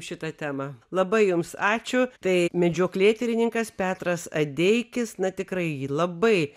šitą temą labai jums ačiū tai medžioklėtyrininkas petras adeikis na tikrai labai